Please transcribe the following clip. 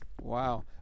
Wow